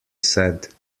said